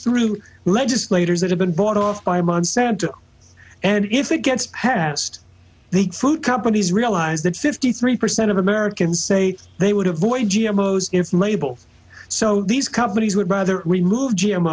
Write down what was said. through legislators that have been bought off by monsanto and if it gets passed the food companies realize that fifty three percent of americans say they would avoid g m owes its label so these companies would rather remove g